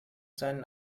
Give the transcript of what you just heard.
seinen